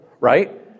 right